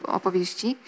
opowieści